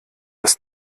das